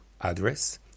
address